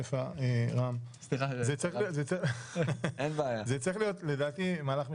זה צריך להיות לדעתי מהלך משולב.